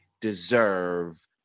deserve